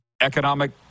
economic